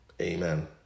Amen